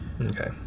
Okay